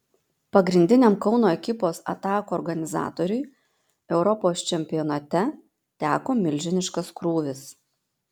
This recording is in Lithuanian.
pagrindiniam kauno ekipos atakų organizatoriui europos čempionate teko milžiniškas krūvis